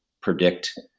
predict